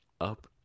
up